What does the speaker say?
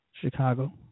Chicago